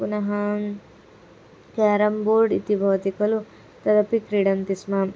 पुनः अहं carrom board इति भवति खलु तदपि क्रीडन्ति स्म